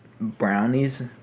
brownies